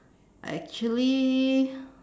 actually